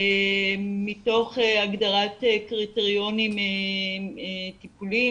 מתוך הגדרת קריטריונים טיפוליים,